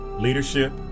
leadership